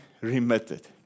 remitted